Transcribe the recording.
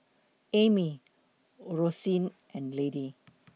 Amy Roseanne and Lady